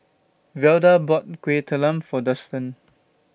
Velda bought Kueh Talam For Dustan